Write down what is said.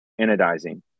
anodizing